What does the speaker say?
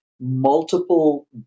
multiple